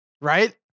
right